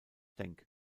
denk